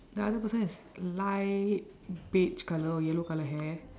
the other person is light beige colour or yellow colour hair